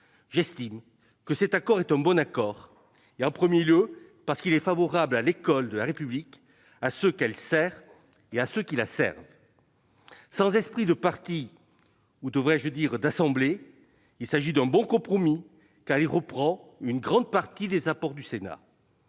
néanmoins que cet accord est un bon accord, en premier lieu parce qu'il est favorable à l'école de la République, à ceux qu'elle sert et à ceux qui la servent. Sans esprit de parti, ou- devrais-je dire -d'assemblée, l'aspect positif de ce compromis tient en ce qu'il reprend une grande partie des apports du Sénat.